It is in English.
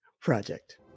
Project